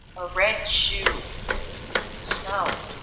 a red shoe. in snow.